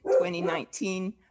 2019